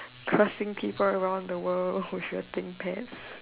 cursing people around the world with your thinkpad